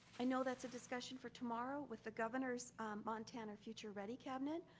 i know that's a discussion for tomorrow with the governor's montana future ready cabinet.